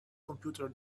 computer